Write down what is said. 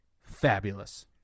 fabulous